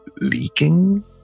leaking